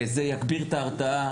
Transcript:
זה יגביר את ההרתעה,